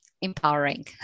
Empowering